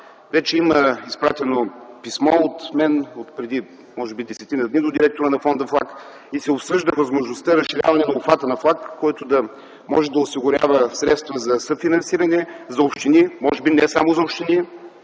Вече има изпратено от мен писмо преди около десетина дни до директора на Фонда ФЛАГ и се обсъжда възможността за разширяване обхвата на ФЛАГ, който да може да осигурява средства за съфинансиране на общини, може би и не само за общини,